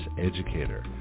educator